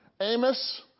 Amos